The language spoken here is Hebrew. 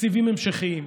תקציבים המשכיים.